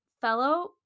fellow